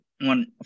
one